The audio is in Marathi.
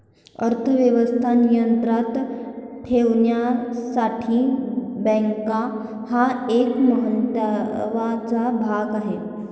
अर्थ व्यवस्था नियंत्रणात ठेवण्यासाठी बँका हा एक महत्त्वाचा भाग आहे